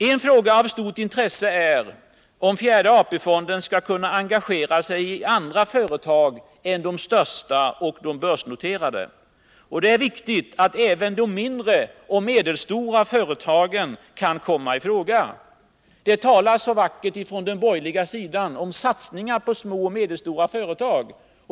En fråga av stort intresse är om den fjärde AP-fonden skall kunna engagera sig i andra företag än de största och de börsnoterade. Det är viktigt att även de mindre och medelstora företagen kan komma i fråga. Det talas så vackert från den borgerliga sidan om satsningar på små och medelstora företag.